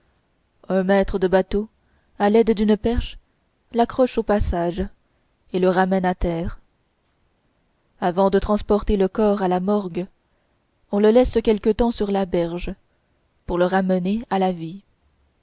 un maître de bateau à l'aide d'une perche l'accroche au passage et le ramène à terre avant de transporter le corps à la morgue on le laisse quelque temps sur la berge pour le ramener à la vie